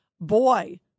Boy